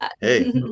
Hey